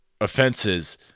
offenses